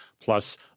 plus